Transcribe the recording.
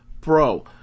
bro